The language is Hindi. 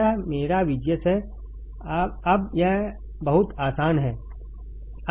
यह मेरा VGS है अब यह बहुत आसान है